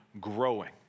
growing